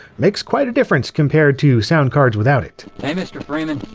makes quite a difference compared to sound cards without it. hey, mr. freeman.